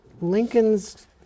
Lincoln's